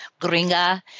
gringa